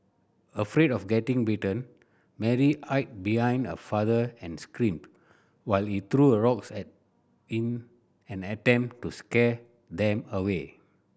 afraid of getting bitten Mary hide behind her father and screamed while he threw a rocks a in an attempt to scare them away